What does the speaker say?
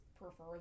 prefer